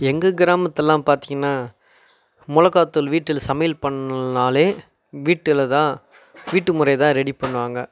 எங்க கிராமத்திலலாம் பார்த்திங்கன்னா மிளகாத்தூள் வீட்டில் சமையல் பண்ணின்னாலே வீட்டில் தான் வீட்டுமுறைதான் ரெடி பண்ணுவாங்க